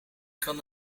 kan